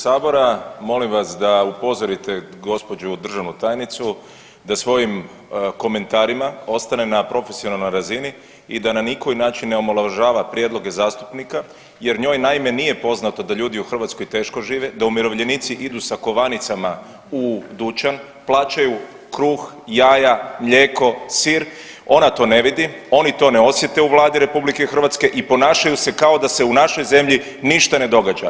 Poštovana, poštovani potpredsjedniče sabora molim vas da upozorite gospođu državnu tajnicu da svojim komentarima ostane na profesionalnoj razini i da na ni koji način ne omalovažava prijedloge zastupnika jer njoj naime nije poznato da ljudi u Hrvatskoj teško žive, da umirovljenici idu sa kovanicama u dućan, plaćaju kruh, jaja, mlijeko, sir, ona to ne vidi, oni to ne osjete u Vladi RH i ponašaju se kao da se u našoj zemlji ništa ne događa.